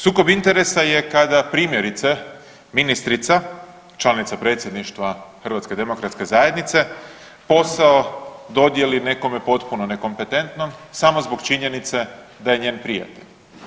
Sukob interesa je kada primjerice ministrica, članica predsjedništva HDZ-a posao dodijeli nekome potpuno nekompetentnom samo zbog činjenice da je njen prijatelj.